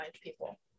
people